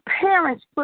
parents